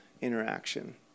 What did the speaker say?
interaction